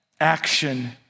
action